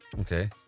Okay